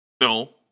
No